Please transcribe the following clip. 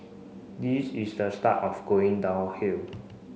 this is the start of going downhill